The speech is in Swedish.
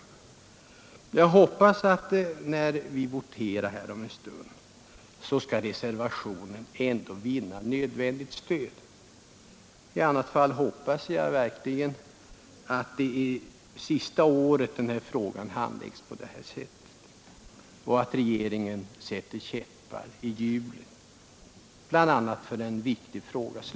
Jag hoppas att reservationen ändå, när vi voterar om en stund, skall vinna nödvändigt stöd. I annat fall hoppas jag verkligen att det är sista året som denna sak handläggs på det här sättet och riksdagen vägrar gå med på en utredning av denna viktiga fråga.